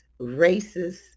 racist